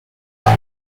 hope